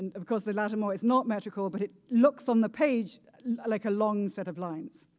and of course the lattimore it's not metrical but it looks on the page like a long set of lines.